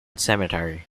cemetery